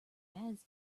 bags